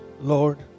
Lord